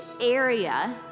area